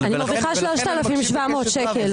אני מרוויחה 3,700 שקל.